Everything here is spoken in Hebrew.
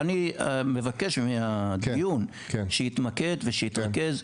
אני מבקש שהדיון יתמקד ויתרכז.